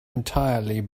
entirely